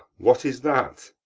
what is that?